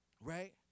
right